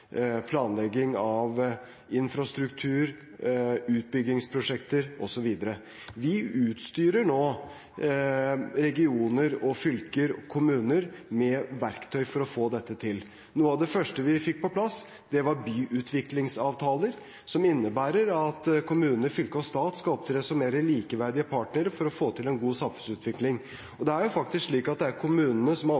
planlegging av infrastruktur, utbyggingsprosjekter osv. Vi utstyrer nå regioner, fylker og kommuner med verktøy for å få dette til. Noe av det første vi fikk på plass, var byutviklingsavtaler, som innebærer at kommune, fylke og stat skal opptre som mer likeverdige partnere for å få til en god samfunnsutvikling. Det er kommunene som har ansvaret for boligbygging og